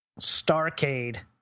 Starcade